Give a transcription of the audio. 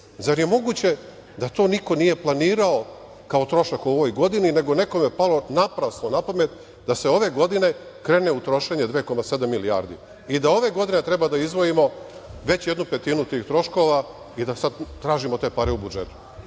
zar je moguće da to niko nije planirao kao trošak u ovoj godini, nego je nekome palo naprasno na pamet da se ove godine krene u trošenje 2,7 milijardi i da ove godine treba da izdvojimo već jednu petinu tih troškova i da sad tražimo te pare u budžetu?